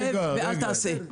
שב ואל תעשה.